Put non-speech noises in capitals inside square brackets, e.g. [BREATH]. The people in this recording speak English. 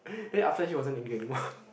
then after she wasn't angry anymore [BREATH]